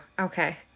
Okay